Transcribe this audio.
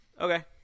Okay